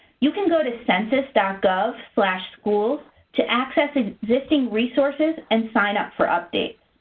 you can go to census gov schools to access existing resources and sign up for updates.